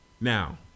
Now